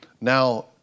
Now